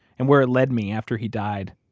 and where it led me after he died,